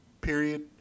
period